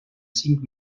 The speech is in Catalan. cinc